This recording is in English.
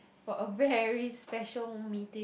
for a very special meeting